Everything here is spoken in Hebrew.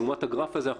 לעומת הגרף הזה,